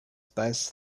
pass